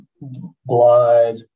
blood